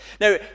Now